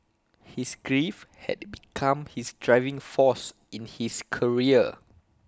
his grief had become his driving force in his career